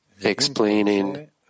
explaining